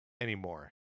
anymore